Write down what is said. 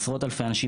עשרות אלפי אנשים,